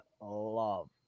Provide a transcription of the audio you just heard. love